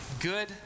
Good